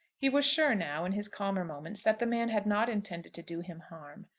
he was sure now, in his calmer moments, that the man had not intended to do him harm.